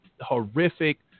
horrific